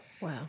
Wow